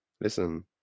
Listen